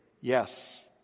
yes